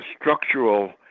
structural